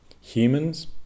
humans